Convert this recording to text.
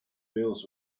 bills